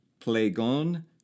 Plagon